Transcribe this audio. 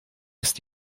ist